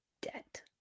debt